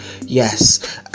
Yes